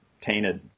tainted